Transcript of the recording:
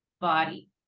body